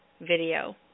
video